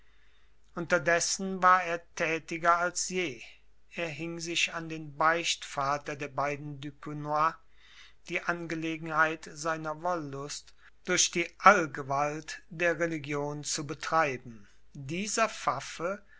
unterdessen war er tätiger als je er hing sich an den beichtvater der beiden duquenoi die angelegenheit seiner wollust durch die allgewalt der religion zu betreiben dieser pfaffe